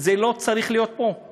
זה לא צריך להיות פה.